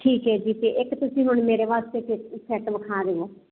ਠੀਕ ਹ ਜੀ ਤੇ ਇੱਕ ਤੁਸੀਂ ਹੁਣ ਮੇਰੇ ਵਾਸਤੇ ਸੈਟ ਵਿਖਾ ਦਿਓ